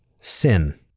sin